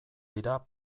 dira